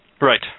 Right